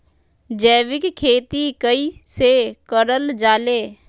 जैविक खेती कई से करल जाले?